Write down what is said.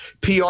pr